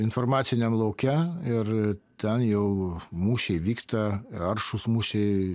informaciniam lauke ir ten jau mūšiai vyksta aršūs mūšiai